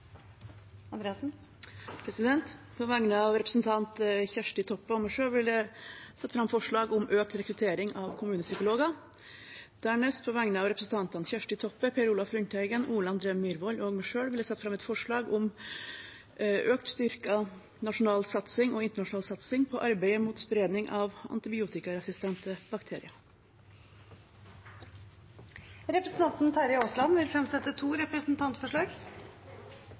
På vegne av representanten Kjersti Toppe og meg selv vil jeg legge fram et forslag om økt rekruttering av kommunepsykologer. Dernest vil jeg på vegne av representantene Kjersti Toppe, Per Olaf Lundteigen, Ole André Myhrvold og meg selv legge fram et forslag om økt styrket nasjonal og internasjonal satsing på arbeidet mot spredning av antibiotikaresistente bakterier. Representanten Terje Aasland vil fremsette to representantforslag.